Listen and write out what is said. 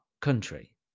country